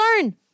learn